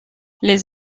les